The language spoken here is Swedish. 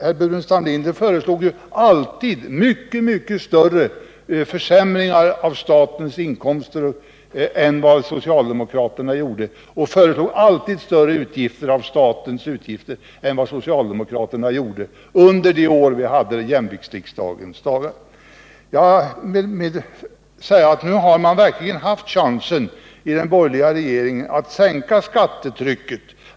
Herr Burenstam Linder föreslog alltid mycket mycket större försämringar av statens inkomster än vad socialdemokraterna gjorde, och han föreslog alltid större utgifter för staten än vad socialdemokraterna gjorde under de år vi hade jämviktsriksdagen. Den borgerliga regeringen har ju nu verkligen haft chansen att sänka skattetrycket.